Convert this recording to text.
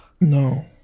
No